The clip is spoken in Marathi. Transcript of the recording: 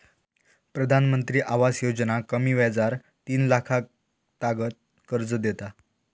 प्रधानमंत्री आवास योजना कमी व्याजार तीन लाखातागत कर्ज देता